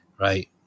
right